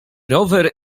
rower